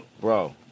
bro